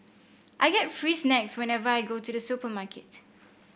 I get free snacks whenever I go to the supermarket